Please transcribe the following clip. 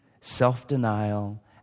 self-denial